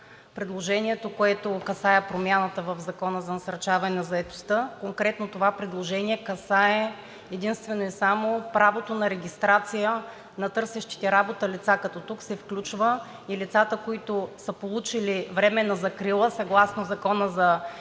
предложението, което касае промяната в Закона за насърчаване на заетостта. Конкретно това предложение касае единствено и само правото на регистрация на търсещите работа лица, като тук се включват и лицата, които съгласно Закона за бежанците